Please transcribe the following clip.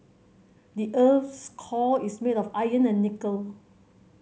the earth's core is made of iron and nickel